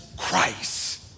Christ